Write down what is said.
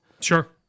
Sure